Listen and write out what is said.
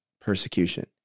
persecution